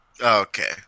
Okay